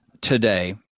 today